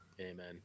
amen